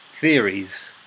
theories